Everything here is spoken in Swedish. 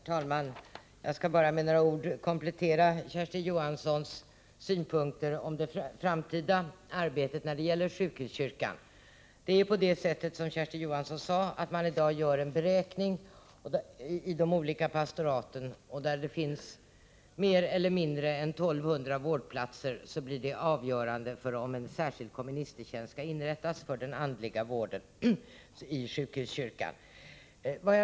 Herr talman! Jag skall be att med några ord få komplettera Kersti Johanssons synpunkter om det framtida arbetet när det gäller sjukhuskyrkan. Som Kersti Johansson sade gör man i de olika pastoraten en beräkning. Om det finns mer eller mindre än 1 200 vårdplatser blir avgörande för om en särskild komministertjänst skall inrättas för den andliga vården i sjukhuskyrkan.